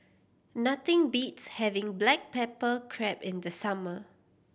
nothing beats having black pepper crab in the summer